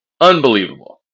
Unbelievable